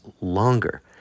longer